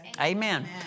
Amen